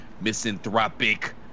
misanthropic